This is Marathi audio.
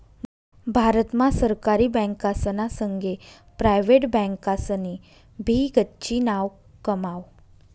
भारत मा सरकारी बँकासना संगे प्रायव्हेट बँकासनी भी गच्ची नाव कमाव